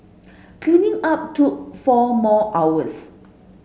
cleaning up took four more hours